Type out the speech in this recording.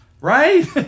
Right